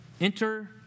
Enter